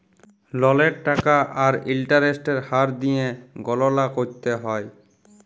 ললের টাকা আর ইলটারেস্টের হার দিঁয়ে গললা ক্যরতে হ্যয়